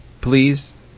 please